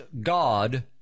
God